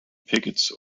pickets